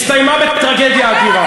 הסתיימו בטרגדיה אדירה.